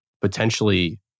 potentially